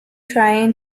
trying